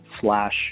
slash